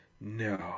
no